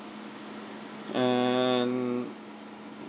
and